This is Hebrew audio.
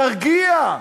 תרגיע,